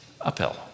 uphill